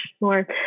more